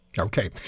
Okay